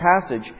passage